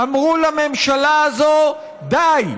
אמרו לממשלה הזאת: די.